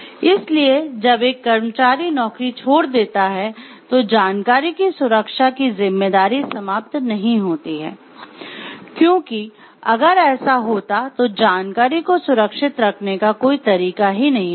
इसलिए जब एक कर्मचारी नौकरी छोड़ देता है तो जानकारी की सुरक्षा की जिम्मेदारी समाप्त नहीं होती है क्योंकि अगर ऐसा होता तो जानकारी को सुरक्षित रखने का कोई तरीका ही नहीं होता